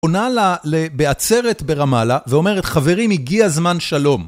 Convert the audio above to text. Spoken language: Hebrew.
עונה לה בעצרת ברמלה ואומרת, חברים, הגיע זמן שלום.